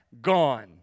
gone